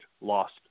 lost